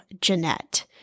Jeanette